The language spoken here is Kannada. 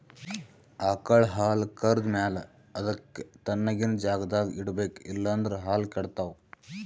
ಆಕಳ್ ಹಾಲ್ ಕರ್ದ್ ಮ್ಯಾಲ ಅದಕ್ಕ್ ತಣ್ಣಗಿನ್ ಜಾಗ್ದಾಗ್ ಇಡ್ಬೇಕ್ ಇಲ್ಲಂದ್ರ ಹಾಲ್ ಕೆಡ್ತಾವ್